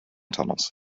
tunnels